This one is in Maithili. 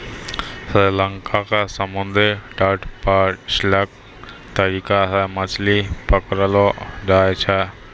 श्री लंका के समुद्री तट पर स्टिल्ट तरीका सॅ मछली पकड़लो जाय छै